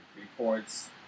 reports